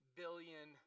billion